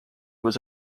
was